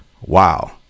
wow